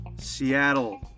Seattle